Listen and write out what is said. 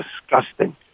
disgusting